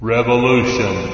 Revolution